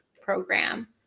program